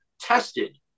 tested